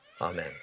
Amen